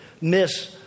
miss